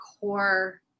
core